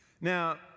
Now